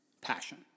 passion